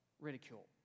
ridicule